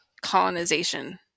colonization